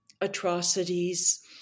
atrocities